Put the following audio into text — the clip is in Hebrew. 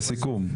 לסיכום.